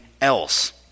else